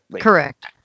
correct